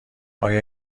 آیا